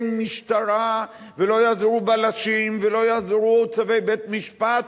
משטרה ולא יעזרו בלשים ולא יעזרו צווי בית-משפט,